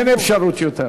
אין אפשרות יותר.